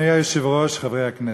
אדוני היושב-ראש, חברי הכנסת,